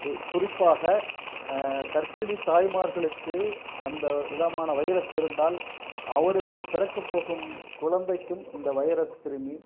ஒ குறிப்பாக கர்பிணி தாய் மார்களுக்கு அந்த விதமான வைரஸ் இருந்தால் அவருக்கு பிறக்க போகும் குழந்தைக்கும் இந்த வைரஸ் கிருமி